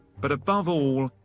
but, above all,